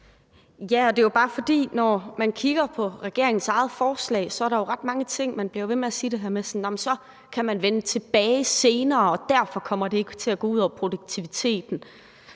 Ja, og det er jo bare det, at når man kigger på regeringens eget forslag, så er der ret mange ting. Man jo bliver ved med at sige det her med, at man kan vende tilbage til det senere, og at det derfor ikke kommer til at gå ud over produktiviteten.